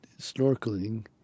snorkeling